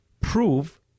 prove